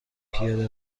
پیاده